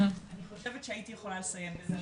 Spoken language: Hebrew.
אני חושבת שהיית יכולה לסיים בזה,